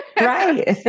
Right